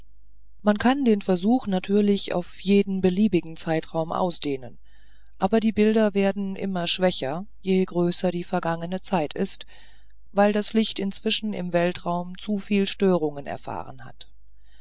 man kann den versuch natürlich auf jeden beliebigen zeitraum ausdehnen aber die bilder werden immer schwächer je größer die vergangene zeit ist weil das licht inzwischen im weltraum zuviel störungen erfahren hat